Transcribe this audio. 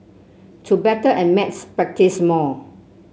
to better at maths practise more